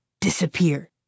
disappear